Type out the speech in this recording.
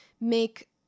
make